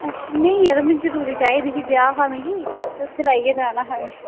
अच्छा नेईं जरो में जरूरी चाहिदी ही ब्याह् हा मिगी ते उत्थै लाइयै जाना हा में